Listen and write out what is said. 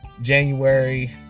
January